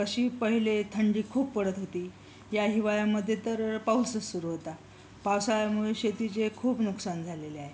कशी पहिले थंडी खूप पडत होती या हिवाळ्यामध्ये तर पाऊसच सुरू होता पावसाळ्यामुळे शेतीचे खूप नुकसान झालेले आहे